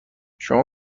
شما